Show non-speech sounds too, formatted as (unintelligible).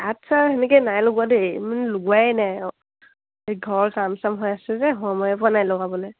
আচ্ছা সেনেকৈ নাই লগোৱা দেই (unintelligible) মানে লগোৱাই নাই এই ঘৰ চাম চাম হৈ আছে যে সময় পোৱা নাই লগাবলৈ